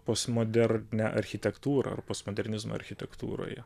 postmodernią architektūrą ar postmodernizmą architektūroje